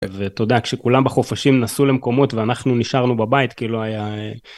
ואתה יודע כשכולם בחופשים נסעו למקומות ואנחנו נשארנו בבית כי לא היה